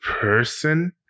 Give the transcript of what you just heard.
person